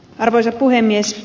arvoisa puhemies